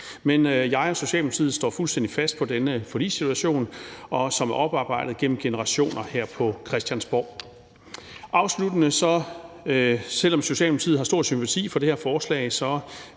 men jeg og Socialdemokratiet står fuldstændig fast på den forligstradition, som er oparbejdet gennem generationer her på Christiansborg. Afsluttende vil jeg sige, at selv om Socialdemokratiet har stor sympati for det her forslag,